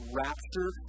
rapture